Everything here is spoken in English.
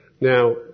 now